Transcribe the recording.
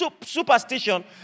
superstition